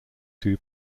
two